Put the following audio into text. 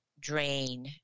drain